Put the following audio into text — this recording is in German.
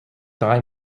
drei